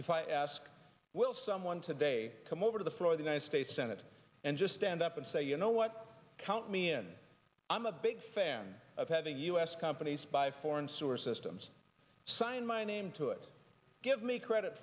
if i ask will someone today come over to the floor the united states senate and just stand up and say you know what count me in i'm a big fan of having u s companies buy foreign sources tems sign my name to it give me credit